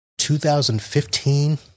2015